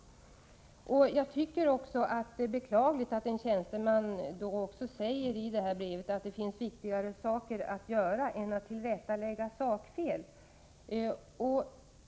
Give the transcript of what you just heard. hindra freonutsläpp från kärnkraftverk Det är också beklagligt att tjänstemannen i sitt brev säger att det finns viktigare saker än att tillrättalägga sakfel.